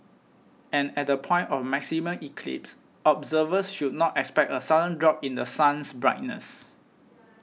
and at the point of maximum eclipse observers should not expect a sudden drop in The Sun's brightness